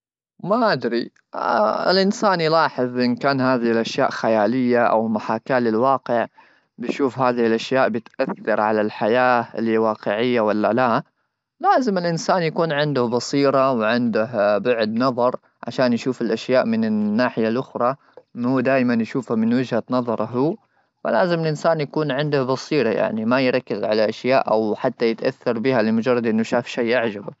ما ادري الانسان يلاحظ ان كان هذه الاشياء خياليه ,او محاكاه للواقع بشوف هذه الاشياء بتاثر على الحياه الواقعيه ,ولا لا لازم الانسان يكون عنده بصيره ,وعنده بعد نظر عشان يشوف الاشياء من الناحيه الاخرى مو دائما يشوفها من وجهه نظره ,فلازم الانسان يكون عنده بصيره يعني ما يركز على اشياء او حتى يتاثر بها لمجرد انه شاف شيء.